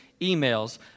emails